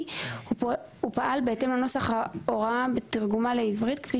הוא פעל בהתאם לנוסח ההוראה בתרגומה לעברית כפי